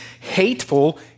hateful